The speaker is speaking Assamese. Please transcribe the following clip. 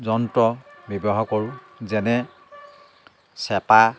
যন্ত্ৰ ব্যৱহাৰ কৰোঁ যেনে চেপা